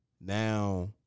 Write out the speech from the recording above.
now